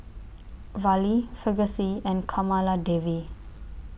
Fali Verghese and Kamaladevi